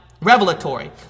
revelatory